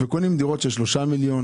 וקונים דירות בעלות של 3 מיליון